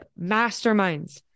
masterminds